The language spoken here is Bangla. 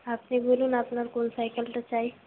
আপনি বলুন আপনার কোন সাইকেলটা চাই